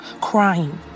crying